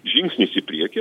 žingsnis į priekį